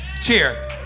cheer